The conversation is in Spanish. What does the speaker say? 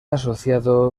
asociado